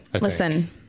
Listen